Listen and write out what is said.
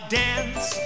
dance